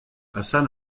hasan